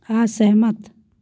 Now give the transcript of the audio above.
असहमत